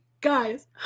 Guys